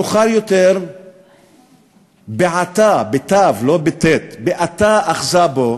מאוחר יותר בעתה אחזה בו,